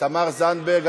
תמר זנדברג,